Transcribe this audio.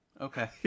Okay